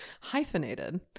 hyphenated